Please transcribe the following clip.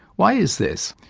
why is this?